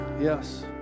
yes